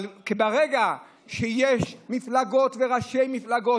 אבל ברגע שיש מפלגות וראשי מפלגות